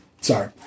Sorry